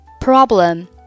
Problem